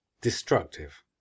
destructive